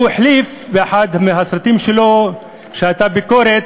באחד הסרטים שלו, שהייתה בו ביקורת,